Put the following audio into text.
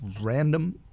random